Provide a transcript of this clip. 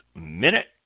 minute